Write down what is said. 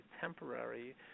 temporary